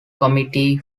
committee